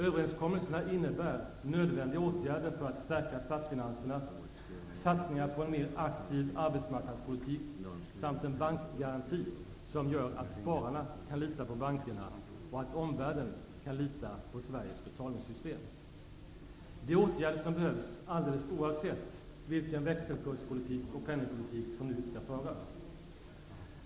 Överenskommelserna innebär nödvändiga åtgärder för att stärka statsfinanserna, satsningar på en mera aktiv arbetsmarknadspolitik samt en bankgaranti, som gör att spararna kan lita på bankerna och att omvärlden kan lita på Sveriges betalningssystem. Det är åtgärder som behövs alldeles oavsett vilken växelkurspolitik och penningpolitik som nu skall föras.